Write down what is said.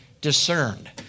discerned